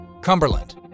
Cumberland